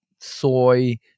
soy